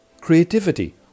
creativity